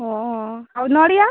ହଁ ଆଉ ନଡ଼ିଆ